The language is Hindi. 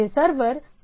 यह सर्वर पर चल रहा है